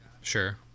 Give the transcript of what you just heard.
sure